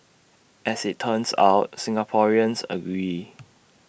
as IT turns out Singaporeans agree